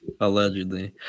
Allegedly